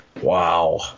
Wow